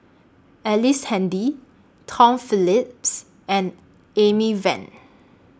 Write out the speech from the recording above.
Ellice Handy Tom Phillips and Amy Van